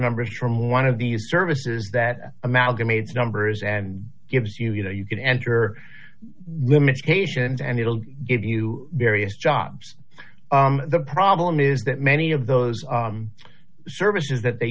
numbers from one of the services that amalgamates numbers and gives you you know you can enter limitations and it'll give you the areas jobs the problem is that many of those services that they